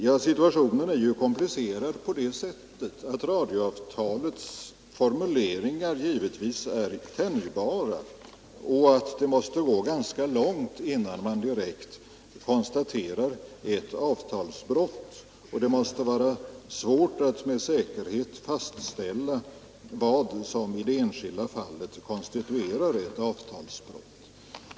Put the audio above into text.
Ja, situationen är ju komplicerad på det sättet att radioavtalets formuleringar givetvis är tänjbara och att det måste gå ganska långt innan man direkt konstaterar ett avtalsbrott samt att det måste vara svårt att med säkerhet fastställa vad som i det enskilda fallet konstituerar ett avtalsbrott.